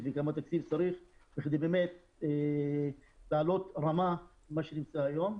וכמה תקציב צריך בכדי באמת לעלות רמה ממה שנמצא היום.